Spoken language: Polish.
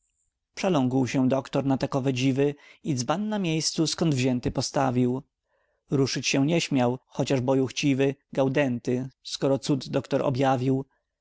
przeląkł się doktor na takowe dziwy i dzban na miejscu skąd wzięty postawił ruszyć się nie śmiał chociaż boju chciwy gaudenty skoro cud doktor